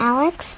Alex